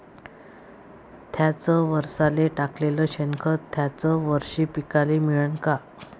थ्याच वरसाले टाकलेलं शेनखत थ्याच वरशी पिकाले मिळन का?